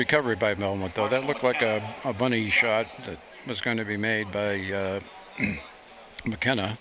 recover by moment though that looked like a bunny shot that was going to be made by mckenna